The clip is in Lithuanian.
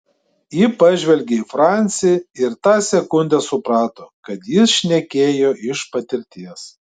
ji pažvelgė į francį ir tą sekundę suprato kad jis šnekėjo iš patirties